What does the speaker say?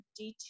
D2